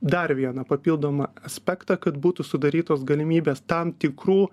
dar vieną papildomą aspektą kad būtų sudarytos galimybės tam tikrų